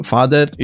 Father